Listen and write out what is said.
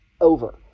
over